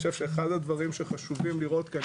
אני חושב שאחד הדברים שחשוב לראות כאן,